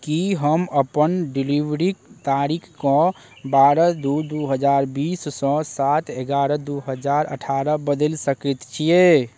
की हम अपन डिलीवरीक तारीख कऽ बारह दू दू हजार बीस सँ सात एगारह दू हजार अठारह बदलि सकैत छियै